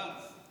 גנץ,